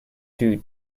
due